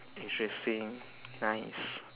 interesting nice